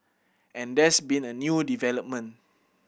and there's been a new development